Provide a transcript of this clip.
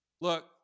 Look